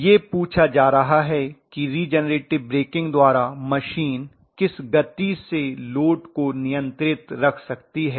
तो यह पूछा जा रहा है कि रिजेनरेटिव ब्रेकिंग द्वारा मशीन किस गति से लोड को नियन्त्रित रख सकती है